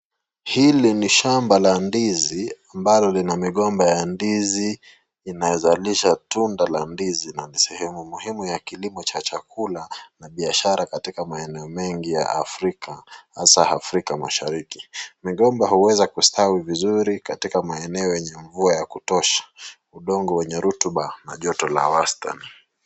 Hili ni shamba la ndizi ambalo lina migomba ya ndizi inayozalisha tunda la ndizi na ni sehemu muhimu ya kilimo cha chakula na biashara katika maeneo mengi ya Afrika hasa Afrika Mashariki. Migomba huweza kustawi vizuri katika maeneo yenye mvua ya kutosha, udongo wenye rutuba na joto la wastan.